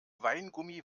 weingummi